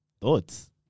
Thoughts